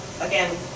Again